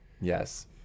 Yes